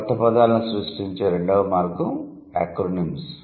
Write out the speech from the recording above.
కొత్త పదాలను సృష్టించే రెండవ మార్గం యాక్రోనిమ్స్